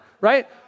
Right